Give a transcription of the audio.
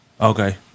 Okay